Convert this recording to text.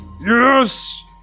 Yes